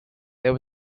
there